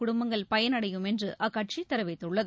குடும்பங்கள் பயனடையும் என்று அக்கட்சி தெரிவித்துள்ளது